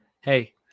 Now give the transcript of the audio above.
Hey